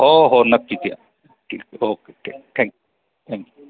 हो हो नक्कीच या ठीक ओके थँक्यू थँक्यू